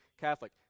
Catholic